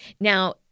Now